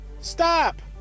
stop